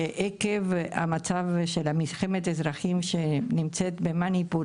שעקב המצב של מלחמת האזרחים שנמצאת במאניפור,